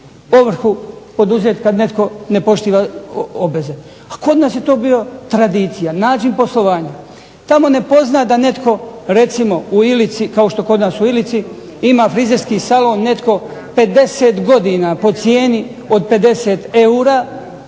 ovrhu poduzeti kada netko ne poštiva obveze, kod nas je to bilo tradicija, način poslovanja. Tamo ne pozna da netko recimo u Ilici, kao što kod nas u Ilici ima frizerski salon netko 50 godina, po cijeni od 50 eura,